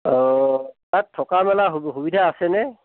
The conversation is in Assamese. অ' তাত থকা মেলা সু সুবিধা আছেনে